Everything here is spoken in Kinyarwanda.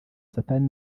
satani